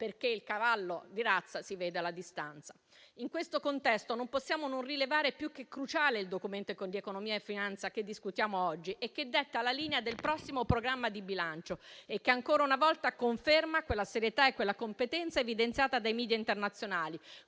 perché il cavallo di razza si vede alla distanza. In questo contesto non possiamo non rilevare come sia più che cruciale il Documento di economia e finanza che discutiamo oggi, che detta la linea del prossimo programma di bilancio e che ancora una volta conferma quella serietà e quella competenza evidenziate dai media internazionali,